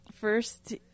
first